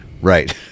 Right